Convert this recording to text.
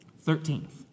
Thirteenth